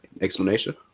Explanation